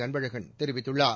அன்பழகன் தெரிவித்துள்ளார்